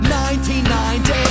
1990